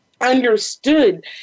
understood